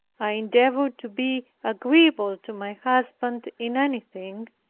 i endeavored to be agreeable to my husband in anything,